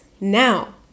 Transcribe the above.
now